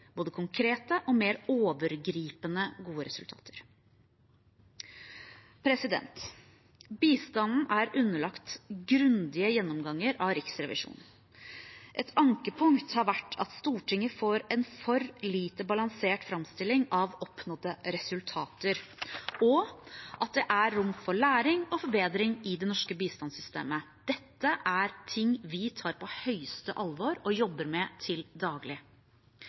både konkrete og mer overgripende, gode resultater. Bistanden er underlagt grundige gjennomganger av Riksrevisjonen. Et ankepunkt har vært at Stortinget får en for lite balansert framstilling av oppnådde resultater, og at det er rom for læring og forbedring i det norske bistandssystemet. Dette er ting vi tar på største alvor og jobber med til daglig.